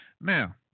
Now